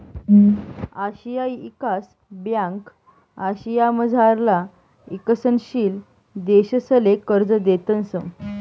आशियाई ईकास ब्यांक आशियामझारला ईकसनशील देशसले कर्ज देतंस